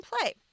play